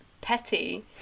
petty